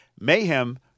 Mayhem